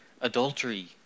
adultery